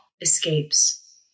escapes